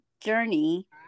journey